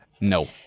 no